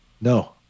No